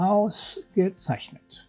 Ausgezeichnet